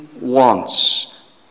wants